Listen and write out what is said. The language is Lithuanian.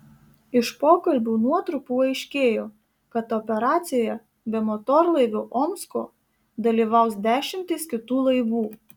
iš pokalbių nuotrupų aiškėjo kad operacijoje be motorlaivio omsko dalyvaus dešimtys kitų laivų